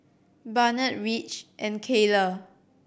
Barnett Ridge and Kayla